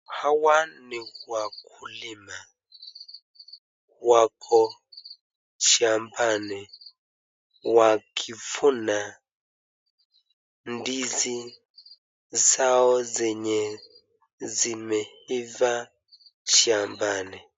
Hawa ni wakulima wako shambani wakifuna ndizi zao zenye zimeifaa shambani.